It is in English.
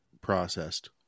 processed